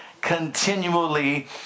Continually